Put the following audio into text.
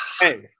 Hey